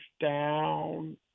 down